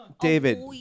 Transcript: David